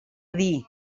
dir